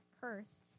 curse